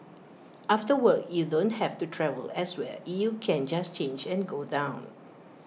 after work you don't have to travel elsewhere you can just change and go down